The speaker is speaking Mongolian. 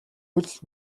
үйлдэл